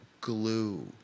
glue